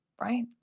right